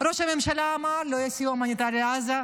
ראש הממשלה אמר: לא יהיה סיוע הומניטרי לעזה,